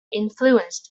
influenced